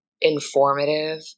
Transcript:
informative